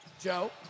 Joe